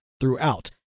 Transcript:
throughout